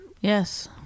Yes